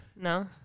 No